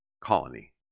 colony